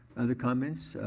other comments?